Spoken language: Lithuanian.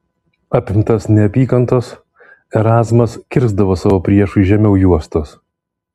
apimtas neapykantos erazmas kirsdavo savo priešui žemiau juostos